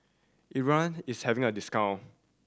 Ezerra is having a discount